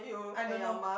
I don't know